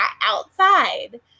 outside